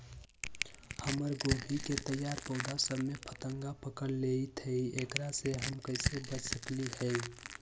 हमर गोभी के तैयार पौधा सब में फतंगा पकड़ लेई थई एकरा से हम कईसे बच सकली है?